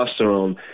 testosterone